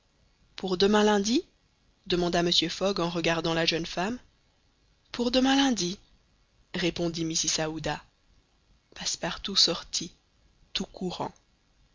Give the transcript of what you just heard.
pour demain lundi demanda mr fogg en regardant la jeune femme pour demain lundi répondit mrs aouda passepartout sortit tout courant